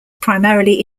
primarily